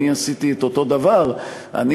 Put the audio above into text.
אני